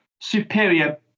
superior